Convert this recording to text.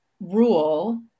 rule